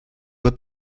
voie